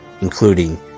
including